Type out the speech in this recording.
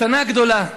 מתנה גדולה: